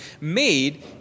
made